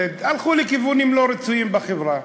הלכו לכיוונים לא רצויים בחברה.